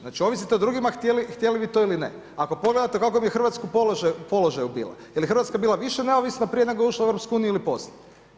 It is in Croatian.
Znači ovisite o druga htjeli vi to ili ne. ako pogledate kako bi Hrvatska u položaju bila, je li Hrvatska bila više neovisna prije nego je ušla u EU ili poslije?